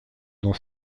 dans